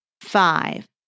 five